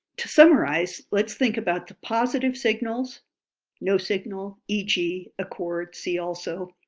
to summarize let's think about the positive signals no signal, e g, accord, see also,